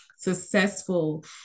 successful